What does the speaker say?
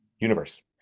universe